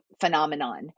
phenomenon